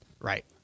Right